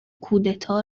کودتا